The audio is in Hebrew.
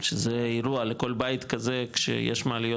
שזה אירוע לכל בית כזה כשיש מעליות